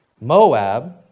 Moab